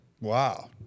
Wow